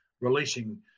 releasing